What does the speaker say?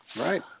right